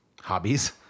hobbies